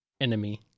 enemy